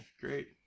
great